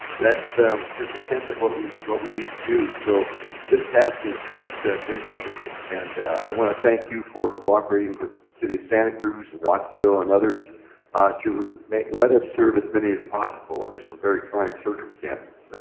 that's just a tenth of what we what we need to do. so this task is just ah immeasurable. and i wanna thank you for cooperating with city of santa cruz, watsonville and others to let us serve as many as possible under some very trying circumstances.